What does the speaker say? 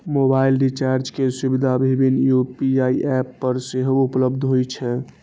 mobile recharge के सुविधा विभिन्न यू.पी.आई एप पर सेहो उपलब्ध होइ छै